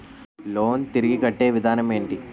Loan తిరిగి కట్టే విధానం ఎంటి?